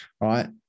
right